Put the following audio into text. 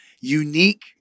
unique